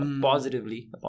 positively